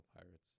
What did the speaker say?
pirates